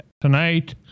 tonight